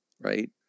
right